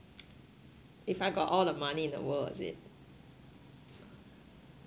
if I got all the money in the world is it